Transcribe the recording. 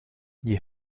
you